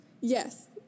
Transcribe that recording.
Yes